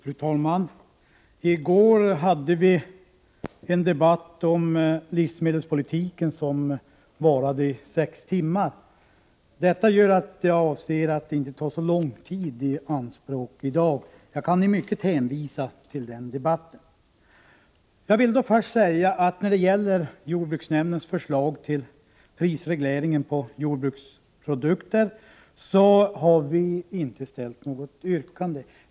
Fru talman! I går hade vi en debatt om livsmedelspolitiken, som varade i sex timmar. Detta gör att jag avser att inte ta så lång tid i anspråk i dag. Jag kan i mycket hänvisa till den debatten. Jag vill först säga att när det gäller jordbruksnämndens förslag till prisregleringen på jordbruksprodukter så har vi inte ställt något yrkande.